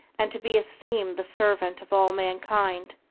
and to be esteemed the servant of all mankind.